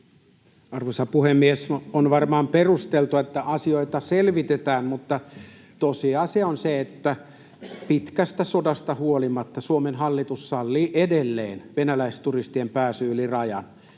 Arvoisa puhemies! On varmaan perusteltua, että asioita selvitetään, mutta tosiasia on se, että pitkästä sodasta huolimatta Suomen hallitus sallii edelleen venäläisturistien pääsyn yli rajan.